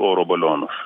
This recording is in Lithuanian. oro balionus